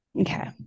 Okay